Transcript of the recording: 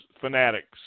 fanatics